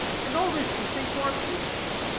and all this we say to our patrons.